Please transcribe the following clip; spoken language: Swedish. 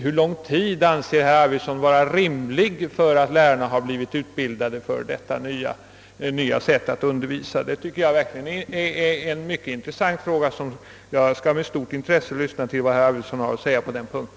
Hur lång tid anser herr Arvidson det vara rimligt att räkna med, innan lärarna har blivit utbildade för detta nya sätt att undervisa? Jag tycker verkligen att det är en mycket intressant fråga. Jag skall med stort intresse lyssna till vad herr Arvidson har att säga på den punkten.